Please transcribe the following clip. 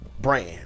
brand